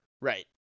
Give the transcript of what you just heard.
Right